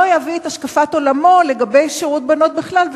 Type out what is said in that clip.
יביא את השקפת עולמו לגבי שירות בנות בכלל,